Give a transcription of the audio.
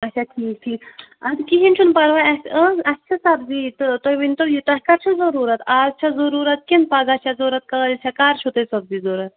اچھا ٹھیٖک ٹھیٖک اَدٕ کِہیٖنۍ چھُنہٕ پرواے اَسہِ ٲس اَسہِ چھےٚ سبزی تہٕ تُہۍ ؤنۍتو یہِ تۄہہِ کر چھو ضٔروٗرت اَز چھےٚ ضٔروٗرت کِنہٕ پگاہ چھےٚ ضوٚرَتھ کٲلۍ چھےٚ کر چھو تۄہہِ سبزی ضوٚرَتھ